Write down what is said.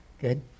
Good